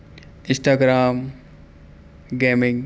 Instagram gaming